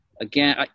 again